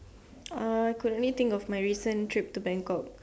uh I could only think of my recent trip to Bangkok